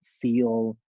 feel